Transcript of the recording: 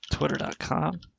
Twitter.com